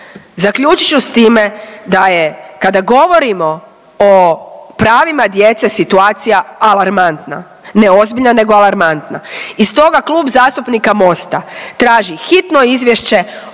Zaključit ću s time da je kada govorimo o pravima djece situacija alarmantna, ne ozbiljna nego alarmantna i stoga Klub zastupnika Mosta traži hitno izvješće o